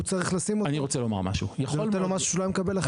צריך לשים אותו וזה נותן לו משהו שהוא לא יקבל אחר?